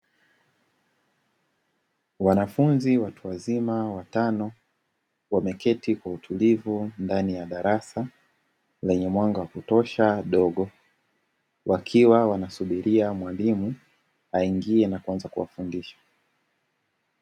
Wanafunzi watu wazima watano wameketi kwa utulivu ndani ya darasa lenye mwanga wa kutosha dogo, wakiwa wanasubiria mwalimu aingie na kuanza kuwafundisha.